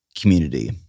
community